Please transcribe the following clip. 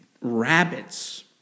rabbits